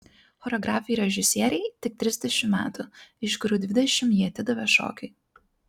choreografei režisierei tik trisdešimt metų iš kurių dvidešimt ji atidavė šokiui